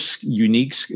unique